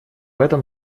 этом